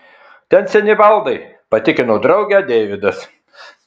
ten seni baldai patikino draugę deividas